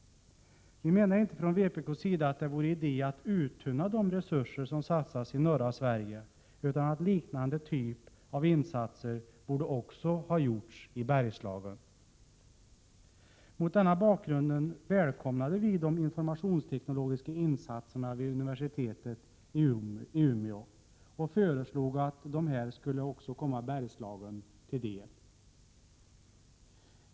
Från vpk:s sida menar vi inte att det vore någon idé att uttunna de resurser som satsas i norra Sverige, utan att liknande insatser också borde ha gjorts i Bergslagen. Mot denna bakgrund välkomnade vi de informationsteknologiska insatserna vid universitetet i Umeå och föreslog att de också skulle komma Bergslagen till del.